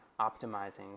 optimizing